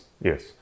yes